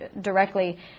directly